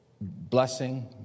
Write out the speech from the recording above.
Blessing